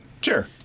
Sure